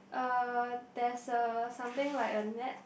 uh there's a something like a net